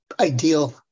ideal